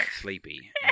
sleepy